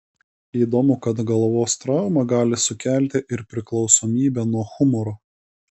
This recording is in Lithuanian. įdomu kad galvos trauma gali sukelti ir priklausomybę nuo humoro